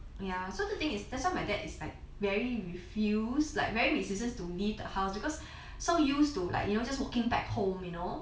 ya so the thing is that's why my dad is like very refused like very resistant to leave the house because so used to like you know just walking back home you know